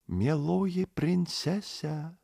mieloji princese